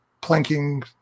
planking